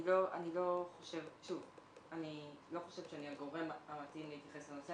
אני לא חושבת שאני הגורם המתאים להתייחס לנושא,